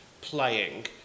playing